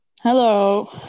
Hello